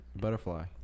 butterfly